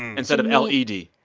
instead of l e d?